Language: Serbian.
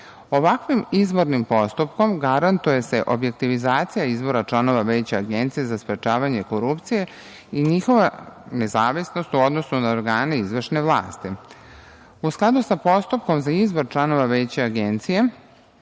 Ovakvim izbornim postupkom garantuje se objektivizacija izbora članova Veća Agencije za sprečavanje korupcije i njihova nezavisnost u odnosu na organe izvršne vlasti.U skladu sa postupkom za izbor članova Veća Agencije,